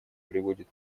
приводит